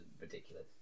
ridiculous